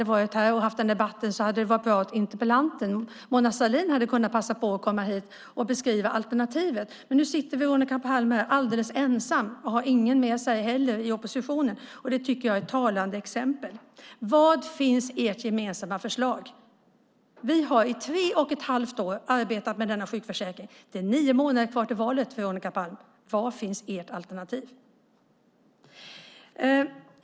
Nu är Veronica här och tar debatten, men det hade varit bra om interpellanten, Mona Sahlin, hade passat på att komma hit och beskriva alternativet. Nu sitter Veronica Palm här alldeles ensam. Hon har ingen i oppositionen med sig. Det tycker jag är ett talande exempel. Var finns ert gemensamma förslag? Vi har i tre och ett halvt år arbetat med denna sjukförsäkring. Det är nu nio månader kvar till valet, Veronica Palm. Var finns ert alternativ?